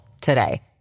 today